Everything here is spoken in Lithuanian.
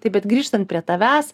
taip bet grįžtant prie tavęs